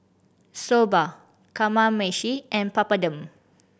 Soba Kamameshi and Papadum